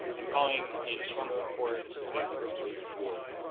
i'm calling in strong support of the proposed rule.